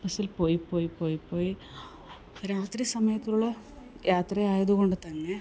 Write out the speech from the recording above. ബസ്സിൽ പോയി പോയി പോയി പോയി രാത്രി സമയത്തുള്ള യാത്രയായത് കൊണ്ട് തന്നെ